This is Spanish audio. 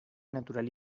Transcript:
natural